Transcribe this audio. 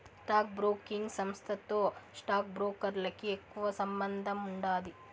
stock broking సంస్థతో stock బ్రోకర్లకి ఎక్కువ సంబందముండాది